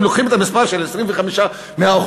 אם לוקחים את המספר של 25% מהאוכלוסייה,